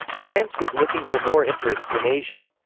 france was looking for more interests in asia.